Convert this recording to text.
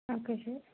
okay sir